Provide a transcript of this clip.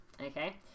Okay